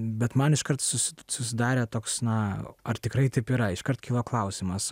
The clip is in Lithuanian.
bet man iškart susi susidarė toks na ar tikrai taip yra iškart kilo klausimas